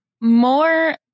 more